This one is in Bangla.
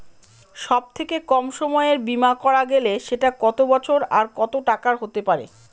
সব থেকে কম সময়ের বীমা করা গেলে সেটা কত বছর আর কত টাকার হতে পারে?